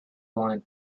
blind